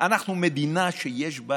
אנחנו מדינה שיש בה